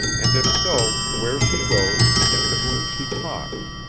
and if so, where she goes, and to whom she talks.